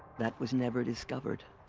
that was never discovered.